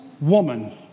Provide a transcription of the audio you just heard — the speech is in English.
woman